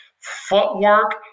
footwork